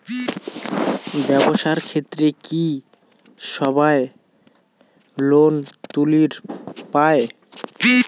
ব্যবসার ক্ষেত্রে কি সবায় লোন তুলির পায়?